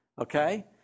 Okay